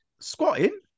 Squatting